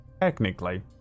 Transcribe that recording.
technically